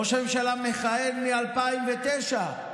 ראש ממשלה מכהן מ-2009.